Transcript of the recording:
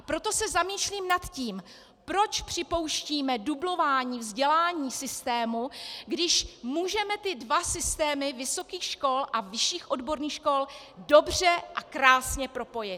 Proto se zamýšlím nad tím, proč připouštíme dublování vzdělání v systému, když můžeme ty dva systémy vysokých škol a vyšších odborných škol dobře a krásně propojit.